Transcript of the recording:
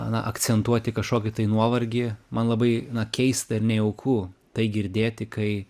na akcentuoti kažkokį tai nuovargį man labai keista ir nejauku tai girdėti kai